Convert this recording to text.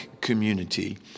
community